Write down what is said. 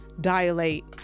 dilate